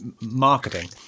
marketing